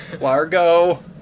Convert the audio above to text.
Largo